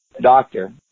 doctor